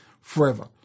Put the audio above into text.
forever